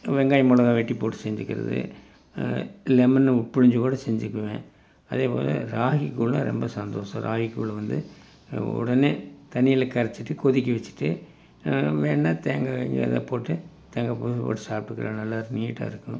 வெங்காயம் மிளகா வெட்டி போட்டு செஞ்சுக்கறது லெமனை புழிஞ்சுக்கூட செஞ்சுக்குவேன் அதேப்போல் ராகிக்கூழ் ரொம்ப சந்தோஷம் ராகிக்கூழ் வந்து உடனே தண்ணியில் கரைச்சுட்டு கொதிக்க வச்சுட்டு வேண்ணால் தேங்காய் எதாவது போட்டு தேங்காய் பூ போட்டு சாப்பிட்டுக்குறேன் நல்லா நீட்டாக இருக்கும்